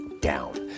down